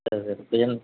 அது